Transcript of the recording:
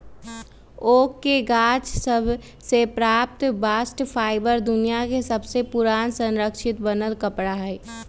oak के गाछ सभ से प्राप्त बास्ट फाइबर दुनिया में सबसे पुरान संरक्षित बिनल कपड़ा हइ